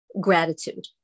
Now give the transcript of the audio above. gratitude